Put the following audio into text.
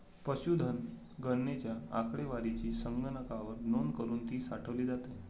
पशुधन गणनेच्या आकडेवारीची संगणकावर नोंद करुन ती साठवली जाते